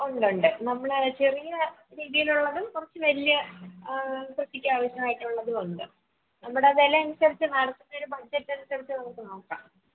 ഉണ്ട് ഉണ്ട് നമ്മളെ ചെറിയ രീതിയിലുള്ളതും കൊറച്ച് വല്യ കൃഷിക്ക് ആവശ്യമായിട്ടുള്ളതും ഉണ്ട് നമ്മുടെ വില അനുസരിച്ച് മാഡത്തിൻ്റെ ഒരു ബഡ്ജറ്റ് അനുസരിച്ച് നമുക്ക് നോക്കാം